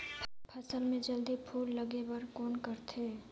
फसल मे जल्दी फूल लगे बर कौन करथे?